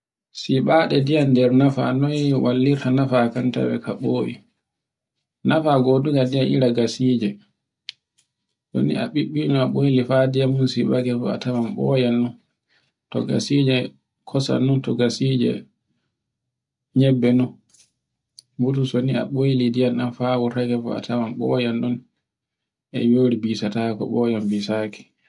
siɓaɗe ndiyam nder nafa noye wallirta nafa kan tawe ka bowi. Nafa goduga ndiyam ira gasije. To ni a ɓiɓɓe e ɓoyli fa diyam sibake fu a tawan ɓoyan non. To gasije kosan non to gasije nyebbe non. Burtu toni e bayli ndiyam ɗan fa wurtake bo a tawan ɓoyan ɗon e yori bisatako, ɓoyan bisaki.